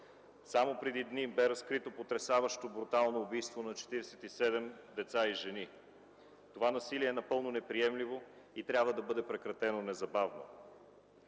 Само преди дни бе разкрито потресаващо брутално убийство на 47 деца и жени. Това насилие е напълно неприемливо и трябва да бъде прекратено незабавно.